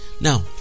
Now